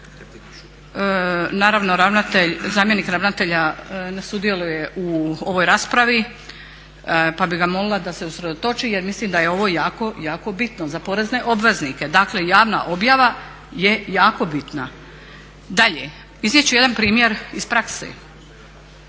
Naravno zamjenik ravnatelja ne sudjeluje u ovoj raspravi pa bih ga molila da se usredotoči jer mislim da je ovo jako, jako bitno za porezne obveznike. Dakle javna objava je jako bitna. Dalje, iznijet ću jedan primjer iz prakse